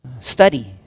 study